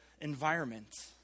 environment